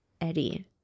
Eddie